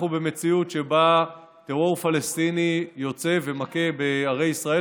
אנחנו במציאות שבה טרור פלסטיני יוצא ומכה בערי ישראל,